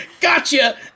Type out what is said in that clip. gotcha